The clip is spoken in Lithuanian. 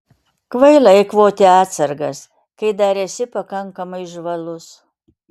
kvaila eikvoti atsargas kai dar esi pakankamai žvalus